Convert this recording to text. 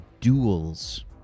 duels